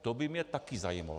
To by mě taky zajímalo.